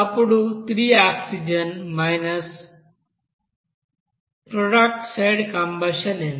అప్పుడు 3ఆక్సిజన్ఇక్కడ ఇది సున్నా ప్రోడక్ట్ సైడ్ కంబషన్ ఎంత